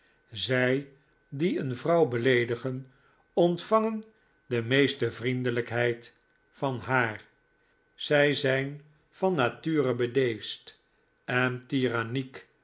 zij die een vrouw beleedigen ontvangen de meeste vriendelijkheid van haar zij zijn van nature bedeesd en tiranniek